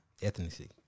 ethnicity